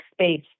space